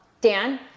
Dan